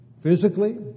Physically